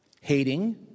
Hating